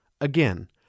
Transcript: Again